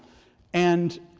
and